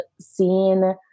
seen